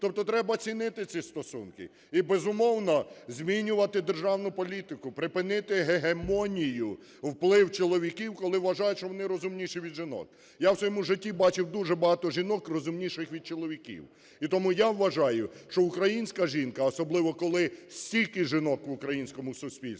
Тобто треба цінити ці стосунки. І безумовно, змінювати державну політику, припинити гегемонію, вплив чоловіків, коли вважають, що вони розумніші від жінок. Я в своєму житті бачив дуже багато жінок, розумніших від чоловіків, і тому я вважаю, що українська жінка, а особливо коли стільки жінок в українському суспільстві,